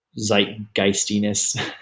zeitgeistiness